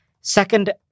Second